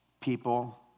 people